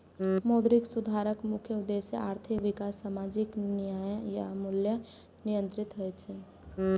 मौद्रिक सुधारक मुख्य उद्देश्य आर्थिक विकास, सामाजिक न्याय आ मूल्य नियंत्रण होइ छै